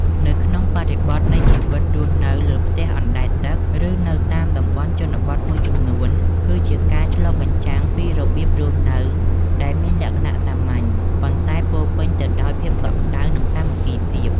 នៅក្នុងបរិបទនៃជីវិតរស់នៅលើផ្ទះអណ្ដែតទឹក ឬនៅតាមតំបន់ជនបទមួយចំនួន គឺជាការឆ្លុះបញ្ចាំងពីរបៀបរស់នៅដែលមានលក្ខណៈសាមញ្ញ ប៉ុន្តែពោរពេញទៅដោយភាពកក់ក្ដៅ និងសាមគ្គីភាព។